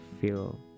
feel